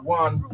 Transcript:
one